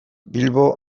bilbo